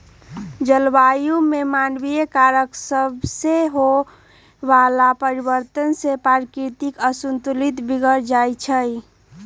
जलवायु में मानवीय कारण सभसे होए वला परिवर्तन से प्राकृतिक असंतुलन बिगर जाइ छइ